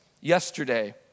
yesterday